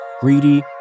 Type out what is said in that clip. greedy